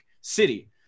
City